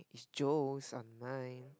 Jones online